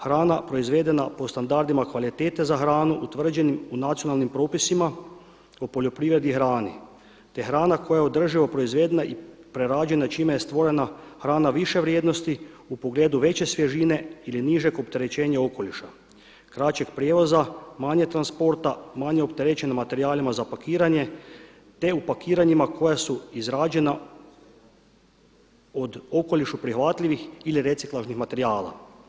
Hrana proizvedena po standardima kvalitete za hranu utvrđenim u nacionalnim propisima o poljoprivredi i hrani, te hrana koja je održivo proizvedena i prerađena čime je stvorena hrana više vrijednosti u pogledu veće svježine ili nižeg opterećenja okoliša, kraćeg prijevoza, manje transporta, manje opterećena materijalima za pakiranje, te u pakiranjima koja su izrađena od okolišu prihvatljivih ili reciklažnih materijala.